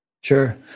Sure